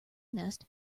nest